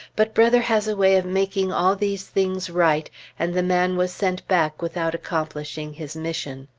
but brother has a way of making all these things right and the man was sent back without accomplishing his mission.